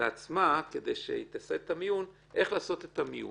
לעצמה איך לעשות את המיון,